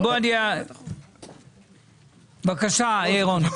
בבקשה רון.